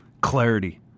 Clarity